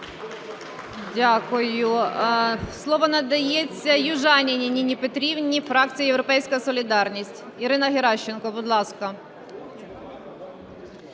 Дякую. Слово надається Южаніній Ніні Петрівні, фракція "Європейська солідарність". Ірина Геращенко, будь ласка.